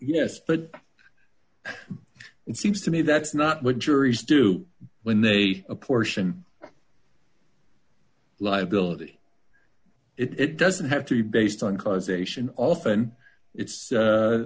yes but it seems to me that's not what juries do when they apportion liability it doesn't have to be based on causation often it's